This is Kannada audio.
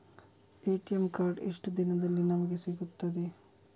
ಎ.ಟಿ.ಎಂ ಕಾರ್ಡ್ ಎಷ್ಟು ದಿವಸದಲ್ಲಿ ನಮಗೆ ಸಿಗುತ್ತದೆ?